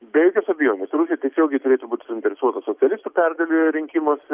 be jokios abejonės rusai tiesiogiai turėtų būti suinteresuoti socialistų pergale rinkimuose